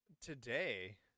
today